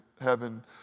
heaven